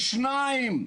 לשניים.